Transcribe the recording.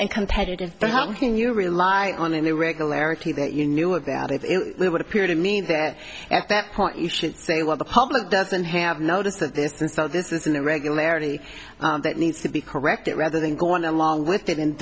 and competitive but how can you rely on an irregularity that you knew about it would appear to mean that at that point you should say well the public doesn't have notice of this and so this is an irregularity that needs to be corrected rather than going along with it and